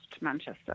Manchester